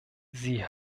sie